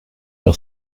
par